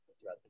throughout